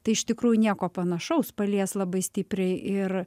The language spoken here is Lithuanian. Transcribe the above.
tai iš tikrųjų nieko panašaus palies labai stipriai ir